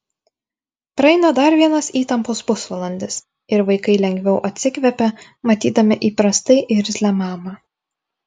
praeina dar vienas įtampos pusvalandis ir vaikai lengviau atsikvepia matydami įprastai irzlią mamą